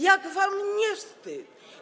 Jak wam nie wstyd?